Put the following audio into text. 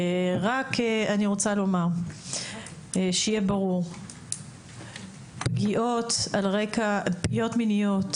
אני רוצה לומר שיהיה ברור שפגיעות מיניות,